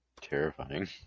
Terrifying